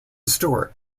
stuart